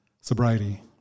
sobriety